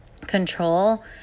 control